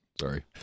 Sorry